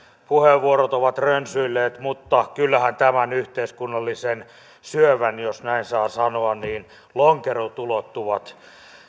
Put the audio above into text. puheenvuorot ovat rönsyilleet mutta kyllähän tämän yhteiskunnallisen syövän jos näin saa sanoa lonkerot ulottuvat